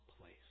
place